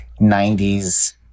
90s